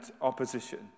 opposition